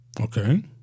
Okay